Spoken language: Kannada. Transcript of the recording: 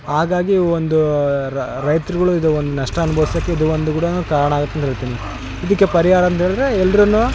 ಹಾಗಾಗಿ ಒಂದು ರೈತ್ರುಗಳ್ ಇದು ಒಂದು ನಷ್ಟ ಅನ್ಬೊವ್ಸೋಕೆ ಇದು ಒಂದು ಕೂಡ ಕಾರಣ ಆಗತ್ತೆ ಅಂತ ಹೇಳ್ತಿನಿ ಇದಕ್ಕೆ ಪರಿಹಾರಂತೇಳಿದ್ರೆ ಎಲ್ರೂ